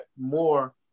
more